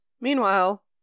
Meanwhile